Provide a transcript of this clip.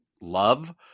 love